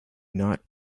not